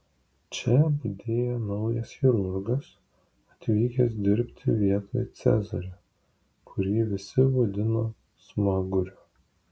čia budėjo naujas chirurgas atvykęs dirbti vietoj cezario kurį visi vadino smaguriu